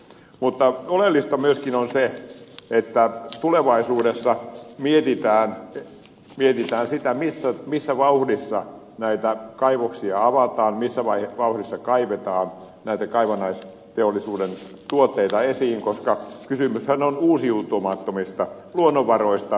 mutta oleellista myöskin on se että tulevaisuudessa mietitään sitä missä vauhdissa näitä kaivoksia avataan missä vauhdissa kaivetaan näitä kaivannaisteollisuuden tuotteita esiin koska kysymyshän on uusiutumattomista luonnonvaroista